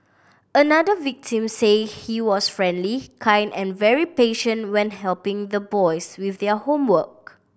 another victim said he was friendly kind and very patient when helping the boys with their homework